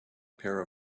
pair